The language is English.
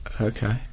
Okay